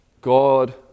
God